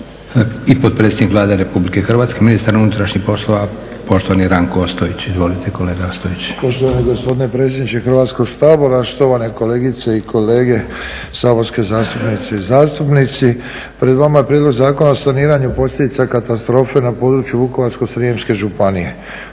i potpredsjednik Vlade RH ministar unutrašnjih poslova poštovani Ranko Ostojić. Izvolite kolega Ostojić. **Ostojić, Ranko (SDP)** Poštovani gospodine predsjedniče Hrvatskog sabora, štovane kolegice i kolege saborske zastupnice i zastupnici. Pred vama je prijedlog Zakona o saniranju posljedica katastrofe na području Vukovarsko-srijemske županije.